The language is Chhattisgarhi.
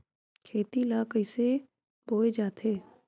खेती ला कइसे बोय जाथे?